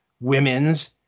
Women's